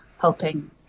helping